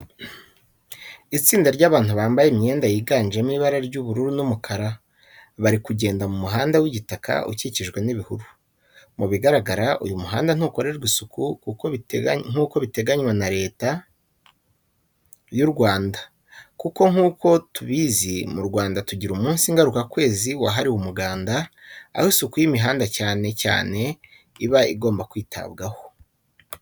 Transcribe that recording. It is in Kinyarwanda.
Itsinda ry'abantu bambaye imyenda yiganjemo ibara ry'ubururu n'umukara, bari kugenda mu muhanda w'igitaka ukikijwe n'ibihuru. Mu bigaragara uyu muhanda ntukorerwa isuku nkuko biteganya na Leta y'u Rwanda. Kuko nk'uko tubizi mu Rwanda tugira umunsi ngaruka kwezi wahariwe umuganda, aho isuku y'imihanda cyane cyane iba igomba kwitabwaho.